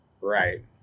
Right